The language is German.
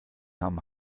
haben